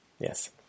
Yes